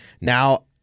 Now